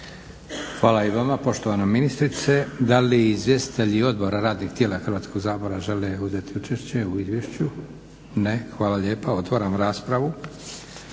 Hvala i vama poštovana ministrice. Da li izvjestitelji odbora radnih tijela žele uzeti učešće u izvješću? Ne. Hvala lijepa. Otvaram raspravu.